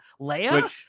Leia